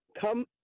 come